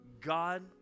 God